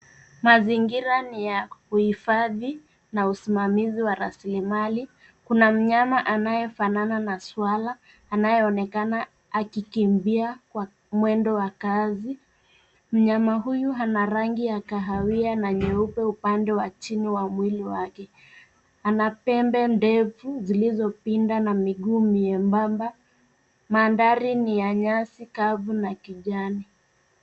Mazingira ni ya uhifadhi na usimamazi wa rasilimali. Kuna mnyama anayefanana na swala anayeonekana akikimbia kwa mwendo wa kasi. Mnyama huyu ana rangi ya kahawia na nyeupe upande wa chini wa mwili wake. Ana pembe ndefu zilizopinda na miguu miembamba. Mandhari ni ya nyasi kavu na kijani.